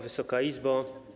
Wysoka Izbo!